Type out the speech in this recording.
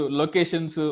locations